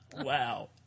Wow